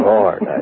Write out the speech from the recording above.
Lord